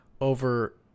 over